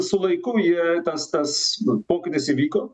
su laiku jie tas tas pokytis įvyko